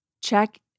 check